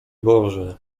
boże